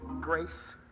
Grace